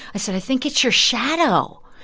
i said, i think it's your shadow.